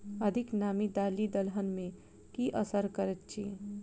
अधिक नामी दालि दलहन मे की असर करैत अछि?